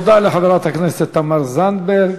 תודה לחברת הכנסת תמר זנדברג.